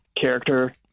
character